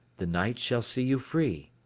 the night shall see you free.